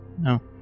No